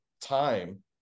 time